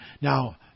Now